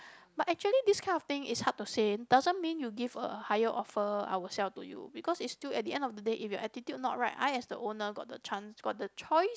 but actually this kind of thing is hard to say doesn't mean you give a higher offer I will sell to you because it's still at the end of the day if your attitude not right I as the owner got the chance got the choice